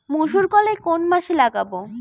মুসুরকলাই কোন মাসে লাগাব?